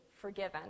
forgiven